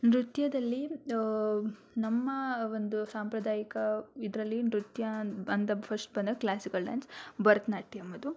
ನೃತ್ಯದಲ್ಲಿ ನಮ್ಮ ಒಂದು ಸಾಂಪ್ರದಾಯಿಕ ಇದರಲ್ಲಿ ನೃತ್ಯ ಅಂತ ಫಶ್ಟ್ ಬಂದಾಗ ಕ್ಲಾಸಿಕಲ್ ಡ್ಯಾನ್ಸ್ ಭರತನಾಟ್ಯಮ್ ಅದು